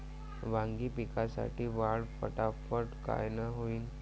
वांगी पिकाची वाढ फटाफट कायनं होईल?